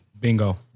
bingo